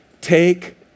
take